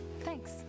Thanks